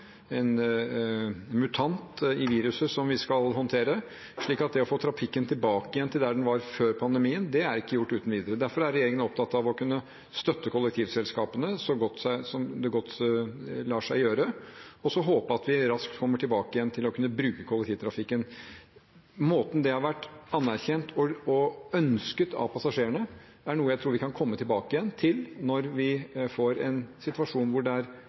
en mutant i viruset som vi skal håndtere. Så det å få trafikken tilbake igjen til der den var før pandemien, er ikke gjort uten videre. Derfor er regjeringen opptatt av å kunne støtte kollektivselskapene så godt det lar seg gjøre, og så håper vi at vi raskt kommer tilbake til å bruke kollektivtilbudet. Måten det har vært anerkjent på og ønsket av passasjerene, er noe jeg tror vi kan komme tilbake til når vi får en situasjon hvor det er